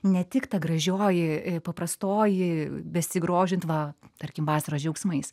ne tik ta gražioji paprastoji besigrožint va tarkim vasaros džiaugsmais